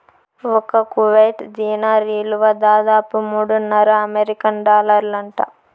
ఒక్క Kuwait dinar ఇలువ దాదాపు మూడున్నర అమెరికన్ డాలర్లంట